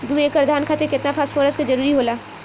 दु एकड़ धान खातिर केतना फास्फोरस के जरूरी होला?